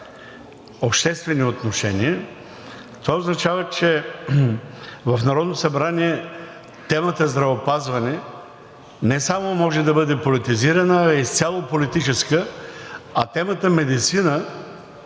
обществени отношения, това означава, че в Народното събрание темата „Здравеопазване“ не само може да бъде политизирана, а е изцяло политическа, а темата „Медицина“